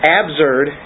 absurd